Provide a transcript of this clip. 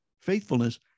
faithfulness